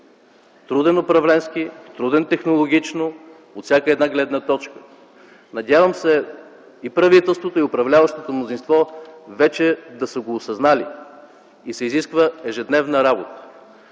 труден управленски, труден технологично от всяка една гледна точка. Надявам се и правителството, и управляващото мнозинство да са го осъзнали вече, тъй като се изисква ежедневна работа.